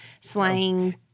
slang